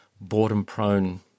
boredom-prone